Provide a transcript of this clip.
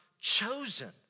chosen